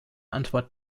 antwort